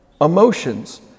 emotions